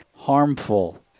Harmful